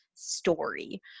story